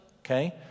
okay